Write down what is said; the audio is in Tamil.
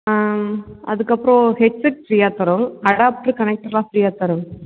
அதுக்கப்புறம் ஹெட் செட் ஃப்ரீயாக தரோம் அடாப்டர் கனெக்டரெல்லாம் ஃப்ரீயாக தரோங்க சார்